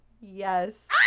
Yes